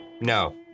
No